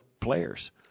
players